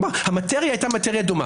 כלומר המטריה הייתה דומה.